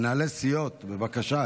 מנהלי סיעות, בבקשה.